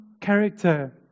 character